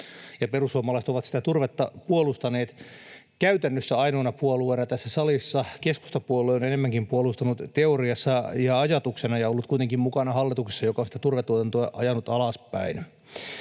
perussuomalaiset ovat turvetta puolustaneet käytännössä ainoana puolueena tässä salissa — keskustapuolue on enemmänkin puolustanut teoriassa ja ajatuksena ja ollut kuitenkin mukana hallituksessa, joka on sitä turvetuotantoa ajanut alaspäin.